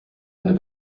eine